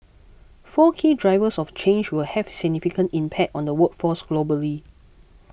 four key drivers of change will have significant impact on the workforce globally